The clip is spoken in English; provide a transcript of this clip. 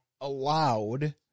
allowed